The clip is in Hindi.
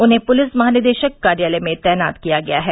उन्हें पुलिस महानिदेशक कार्यालय में तैनात किया गया है